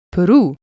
Peru